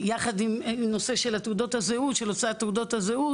יחד עם הנושא של הוצאת תעודת הזהות,